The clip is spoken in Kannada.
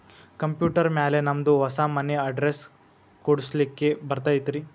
ಕಂಪ್ಯೂಟರ್ ಮ್ಯಾಲೆ ನಮ್ದು ಹೊಸಾ ಮನಿ ಅಡ್ರೆಸ್ ಕುಡ್ಸ್ಲಿಕ್ಕೆ ಬರತೈತ್ರಿ?